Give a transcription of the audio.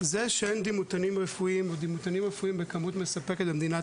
זה שאין דימותנים רפואיים בכמות מספקת במדינת